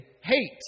hate